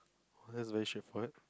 that's very straightforward